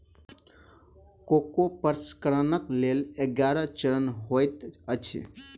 cocoa प्रसंस्करणक लेल ग्यारह चरण होइत अछि